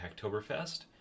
Hacktoberfest